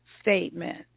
statement